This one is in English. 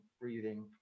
breathing